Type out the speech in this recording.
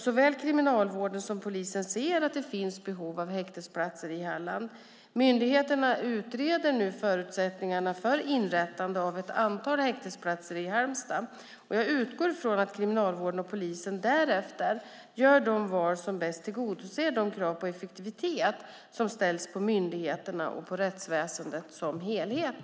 Såväl Kriminalvården som polisen ser att det finns behov av häktesplatser i Halland. Myndigheterna utreder nu förutsättningarna för inrättande av ett antal häktesplatser i Halmstad. Jag utgår från att Kriminalvården och polisen därefter gör de val som bäst tillgodoser de krav på effektivitet som ställs på myndigheterna och på rättsväsendet som helhet.